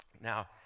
now